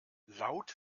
laut